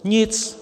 Nic.